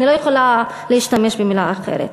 אני לא יכולה להשתמש במילה אחרת.